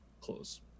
close